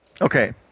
Okay